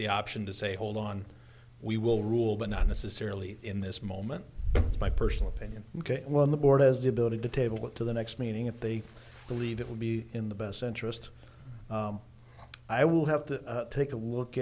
the option to say hold on we will rule but not necessarily in this moment my personal opinion ok when the board has the ability to table it to the next meeting if they believe it will be in the best interest i will have to take a look